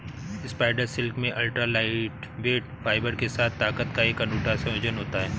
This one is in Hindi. स्पाइडर सिल्क में अल्ट्रा लाइटवेट फाइबर के साथ ताकत का एक अनूठा संयोजन होता है